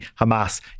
Hamas